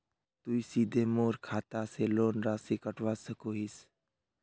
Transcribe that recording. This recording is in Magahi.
तुई सीधे मोर खाता से लोन राशि कटवा सकोहो हिस?